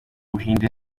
buhinde